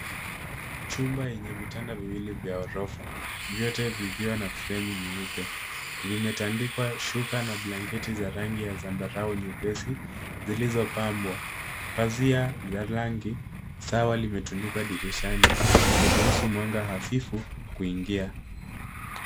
Chumba yenye vitanda viwili vya ghorofa vyote vikiwa na fremu nyeupe vimatandikwa blanketi na shuka ya zambarau nyepesi zilizopambwa na pazia lenye rangi sawa limetundikwa dirishani